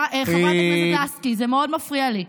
חברת הכנסת לסקי, זה מאוד מפריע לי.